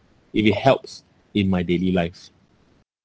if it helps in my daily life